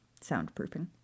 Soundproofing